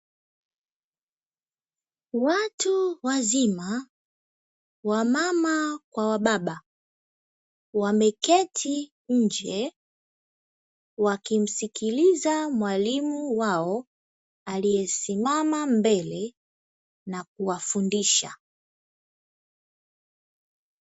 Watu wazima, wamama kwa wababa wameketi nje wakimsikiliza mwalimu wao aliyesimama mbele na kuwafundisha.